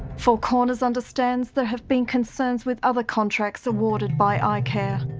four corners understands there have been concerns with other contracts awarded by ah icare